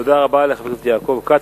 תודה רבה לחבר הכנסת יעקב כץ.